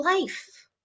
life